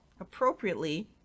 appropriately